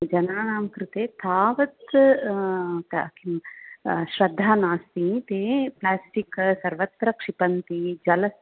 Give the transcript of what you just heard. जनानां कृते तावत् किं श्रद्धा नास्ति ते प्लास्टिक् सर्वत्र क्षिपन्ति जल